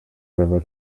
river